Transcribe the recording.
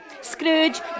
Scrooge